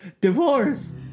Divorce